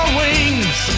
wings